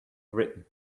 written